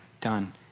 done